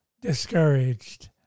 discouraged